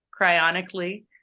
cryonically